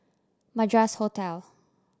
Madras Hotel